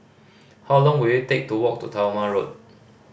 how long will it take to walk to Talma Road